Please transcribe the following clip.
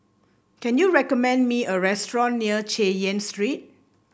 can you recommend me a restaurant near Chay Yan Street